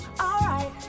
alright